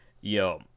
Yo